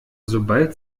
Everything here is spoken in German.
sobald